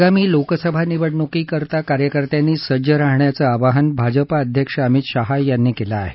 आगामी लोकसभा निवडणुकीकरता कार्यकर्त्यांनी सज्ज राहण्याचं आवाहन भाजपा अध्यक्ष अमित शहा यांनी केलं आहे